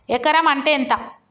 ఎకరం అంటే ఎంత?